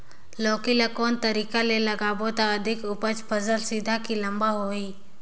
लौकी ल कौन तरीका ले लगाबो त अधिक उपज फल सीधा की लम्बा होही?